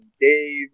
Dave